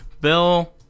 Bill